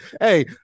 Hey